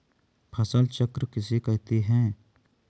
फसल चक्र किसे कहते हैं?